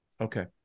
Okay